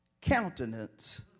countenance